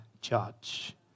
judge